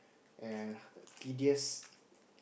and tedious